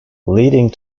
leading